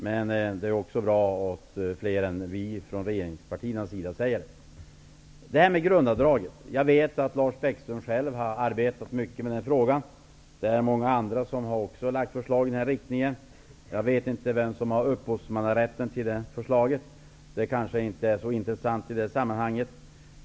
Men det är också bra att fler än vi från regeringspartierna säger det. Jag vet att Lars Bäckström själv har arbetat mycket med frågan om grundavdragen. Det är många andra som också har lagt fram förslag i den här riktningen. Jag vet inte vem som har upphovsmannarätten till förslaget. Det kanske inte är så intressant i det här sammanhanget.